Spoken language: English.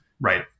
Right